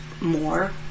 more